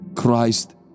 Christ